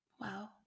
Wow